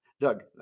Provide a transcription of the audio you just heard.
Doug